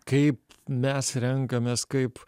kaip mes renkamės kaip